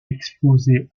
exposée